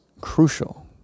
crucial